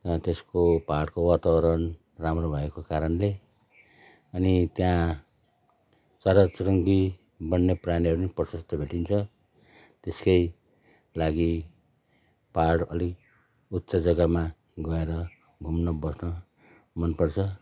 र त्यसको पाहाडको वातावरण राम्रो भएको कारणले अनि त्यहाँ चराचुरुङ्गी वन्य प्राणीहरू नि प्रशस्त भेटिन्छ त्यसकै लागि पाहाड अलिक उच्च जग्गामा गएर घुम्न बस्न मनपर्छ